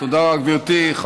תודה, גברתי.